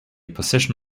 position